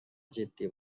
جدی